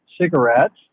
cigarettes